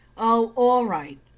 oh, all right.